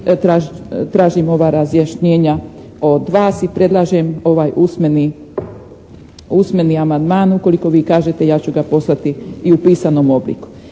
traćim ova razjašnjenja od vas i predlažem usmeni amandman ukoliko vi kažete ja ću ga poslati i u pisanom obliku.